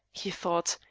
he thought,